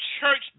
church